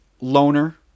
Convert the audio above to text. loner